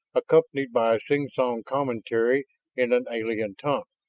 accompanied by a singsong commentary in an alien tongue,